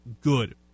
good